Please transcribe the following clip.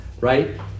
right